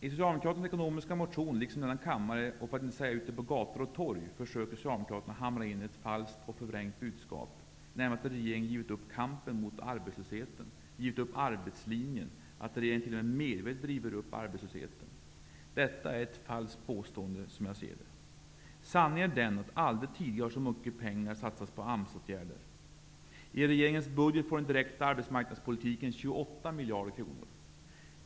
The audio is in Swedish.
I socialdemokraternas ekonomiska motion, liksom i denna kammare -- och för att inte säga ute på gator och torg -- försöker socialdemokraterna hamra in ett falskt och förvrängt budskap, nämligen att regeringen givit upp kampen mot arbetslösheten, givit upp arbetslinjen och medvetet driver upp arbetslösheten. Detta är ett falskt påstående. Sanningen är att det aldrig tidigare har satsats så mycket pengar på AMS-åtgärder. I regeringens budget får den direkta arbetsmarknadspolitiken 28 miljarder kronor.